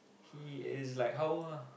he is like how old ah